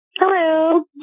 Hello